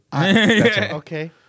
Okay